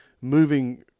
moving